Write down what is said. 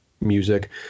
music